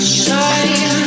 shine